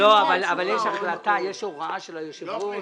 יש הוראה של היושב-ראש,